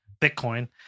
Bitcoin